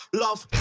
love